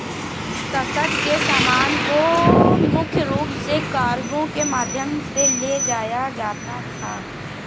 रसद के सामान को मुख्य रूप से कार्गो के माध्यम से ले जाया जाता था